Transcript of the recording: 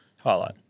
highlight